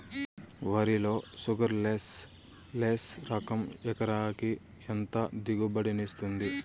వరి లో sugarless less రకం ఎకరాకి ఎంత దిగుబడినిస్తుంది